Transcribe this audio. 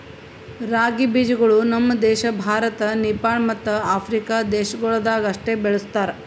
ರಾಗಿ ಬೀಜಗೊಳ್ ನಮ್ ದೇಶ ಭಾರತ, ನೇಪಾಳ ಮತ್ತ ಆಫ್ರಿಕಾ ದೇಶಗೊಳ್ದಾಗ್ ಅಷ್ಟೆ ಬೆಳುಸ್ತಾರ್